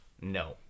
No